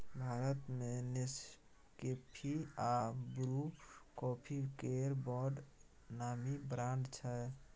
भारत मे नेसकेफी आ Bru coffee केर बड़ नामी ब्रांड छै